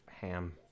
ham